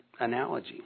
analogy